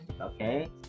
Okay